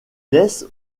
laisse